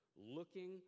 Looking